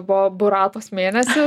buvo buratos mėnesis